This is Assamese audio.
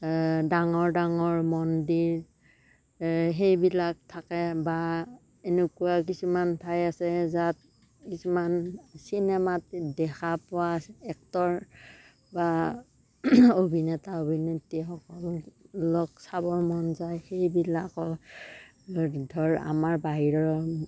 ডাঙৰ ডাঙৰ মন্দিৰ সেইবিলাক থাকে বা এনেকুৱা কিছু্মান ঠাই আছে য'ত কিছুমান চিনেমাত দেখা পোৱা এক্টৰ বা অভিনেতা অভিনেত্ৰীসকলক চাবৰ মন যায় সেইবিলাকক ধৰ আমাৰ বাহিৰৰ